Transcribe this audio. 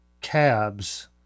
cabs